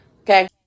Okay